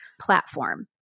platform